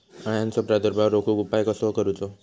अळ्यांचो प्रादुर्भाव रोखुक उपाय कसो करूचो?